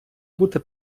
бути